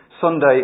Sunday